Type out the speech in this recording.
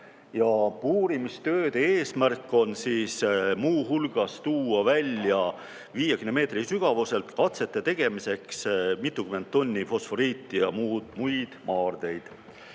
Puurimistööde eesmärk on muu hulgas tuua 50 meetri sügavuselt katsete tegemiseks välja mitukümmend tonni fosforiiti ja muid maardeid.